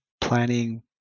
planning